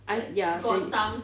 I ya same